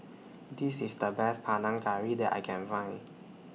This IS The Best Panang Curry that I Can Find